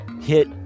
hit